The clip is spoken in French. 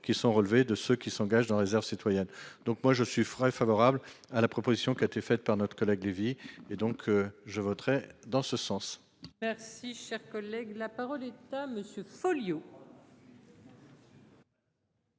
qui sont relevés de ceux qui s'engagent dans réserve citoyenne. Donc moi je suis frais favorable à la proposition qui a été faite par notre collègue Lévy et donc je voterai dans ce sens. Merci, cher collègue, la parole est à monsieur Folliot.